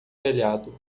telhado